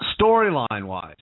Storyline-wise